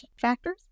factors